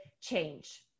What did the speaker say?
change